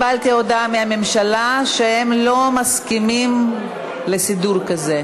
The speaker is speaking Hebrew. קיבלתי הודעה מהממשלה שהם לא מסכימים לסידור כזה.